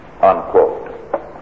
unquote